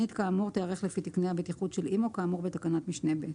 תכנית כאמור תיערך לפי תקני הבטיחות של אימ"ו כאמור בתקנת משנה (ב)".